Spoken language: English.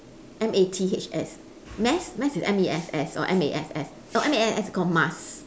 M A T H S mess is M E S S or M A S S oh M A S S is called mass